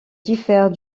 diffère